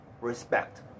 Respect